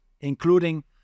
including